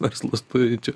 verslus turinčių